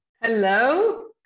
hello